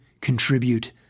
contribute